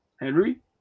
Henry